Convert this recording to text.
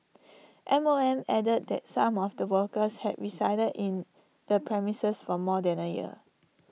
M O M added that some of the workers had resided in the premises for more than A year